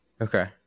Okay